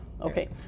okay